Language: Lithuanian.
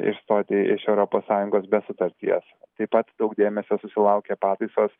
išstoti iš europos sąjungos be sutarties taip pat daug dėmesio susilaukė pataisos